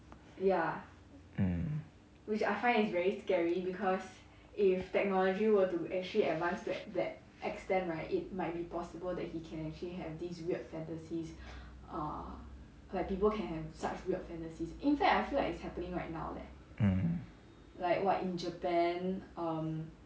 mm mm